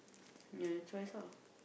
your choice ah